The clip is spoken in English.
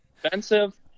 expensive